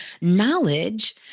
knowledge